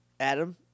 Adam